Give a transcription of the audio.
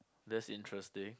that's interesting